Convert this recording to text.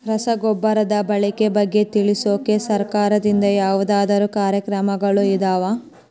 ರಸಗೊಬ್ಬರದ ಬಳಕೆ ಬಗ್ಗೆ ತಿಳಿಸೊಕೆ ಸರಕಾರದಿಂದ ಯಾವದಾದ್ರು ಕಾರ್ಯಕ್ರಮಗಳು ಇದಾವ?